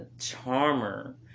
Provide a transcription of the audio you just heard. charmer